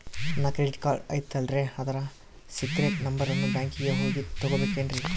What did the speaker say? ನನ್ನ credit card ಐತಲ್ರೇ ಅದರ ಸೇಕ್ರೇಟ್ ನಂಬರನ್ನು ಬ್ಯಾಂಕಿಗೆ ಹೋಗಿ ತಗೋಬೇಕಿನ್ರಿ?